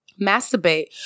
masturbate